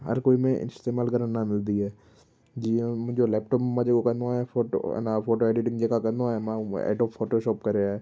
हर कोई में इस्तेमालु करण न मिलंदी आहे जीअं मुंहिंजो लैपटॉप मां जेको कंदो आहियां फ़ोटो अञा फ़ोटो एडिटिंग जेका कंदो आहियां मां एडोब फ़ोटोशॉप करे आहे